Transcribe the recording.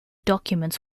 documents